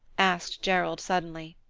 asked gerald suddenly.